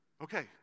okay